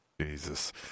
Jesus